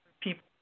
people